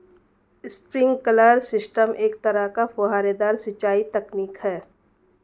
sprinkler system एक तरह का फुहारेदार सिंचाई तकनीक है